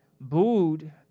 booed